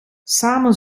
samen